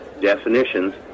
definitions